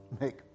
make